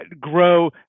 Grow